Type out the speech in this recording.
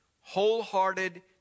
wholehearted